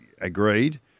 agreed